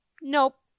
Nope